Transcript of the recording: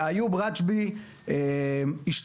איוב רג'בי השתחרר,